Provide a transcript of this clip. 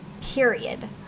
Period